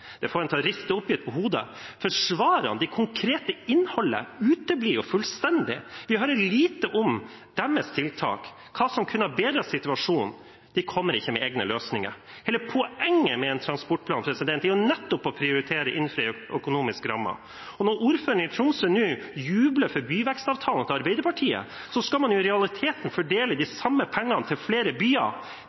Det får en til å riste oppgitt på hodet, for svarene og det konkrete innholdet uteblir fullstendig. Vi hører lite om deres tiltak og hva som kunne bedret situasjonen. De kommer ikke med egne løsninger. Hele poenget med en transportplan er nettopp å prioritere innenfor en økonomisk ramme. Når ordføreren i Tromsø nå jubler for Arbeiderpartiets byvekstavtale, skal man i realiteten fordele de samme pengene til flere byer.